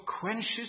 quenches